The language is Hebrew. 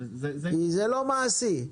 כי זה לא מעשי,